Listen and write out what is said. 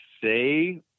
say